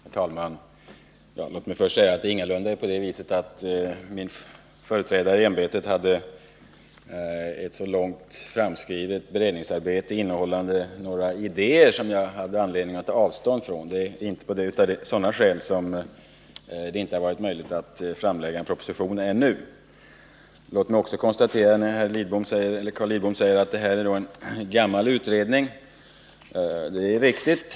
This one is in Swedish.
Herr talman! Låt mig först säga att det ingalunda är så, att beredningsarbetet hade framskridit så långt under min företrädares tid i ämbetet och att han hade några idéer som jag har haft anledning att ta avstånd ifrån. Det är inte av sådana skäl som det inte har varit möjligt att redan nu lägga fram en proposition. Carl Lidbom sade att det här är fråga om en gammal utredning, och det är riktigt.